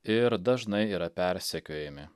ir dažnai yra persekiojami